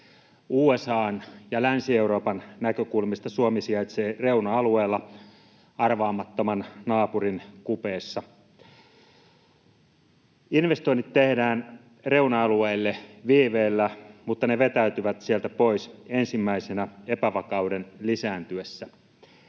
USA:n ja Länsi-Euroopan näkökulmista Suomi sijaitsee reuna-alueella arvaamattoman naapurin kupeessa. Investoinnit tehdään reuna-alueille viiveellä, mutta ne vetäytyvät sieltä pois ensimmäisenä epävakauden lisääntyessä.